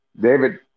David